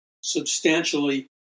substantially